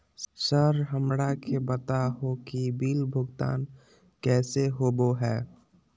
Sir हमरा के बता हो कि बिल भुगतान कैसे होबो है?